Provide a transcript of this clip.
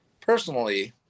personally